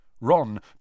Ron